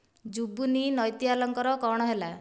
ଜୁବିନ୍ ନୈଟିଆଲ୍ଙ୍କର କଣ ହେଲା